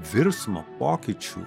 virsmo pokyčių